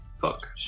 Fuck